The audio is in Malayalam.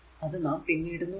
അത് നാം പിന്നീട് നോക്കും